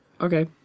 Okay